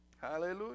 Hallelujah